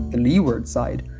the leeward side,